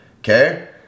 Okay